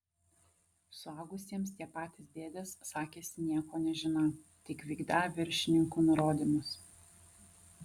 suaugusiems tie patys dėdės sakėsi nieko nežiną tik vykdą viršininkų nurodymus